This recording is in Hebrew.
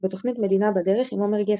בתוכנית "מדינה בדרך" עם עומר גפן.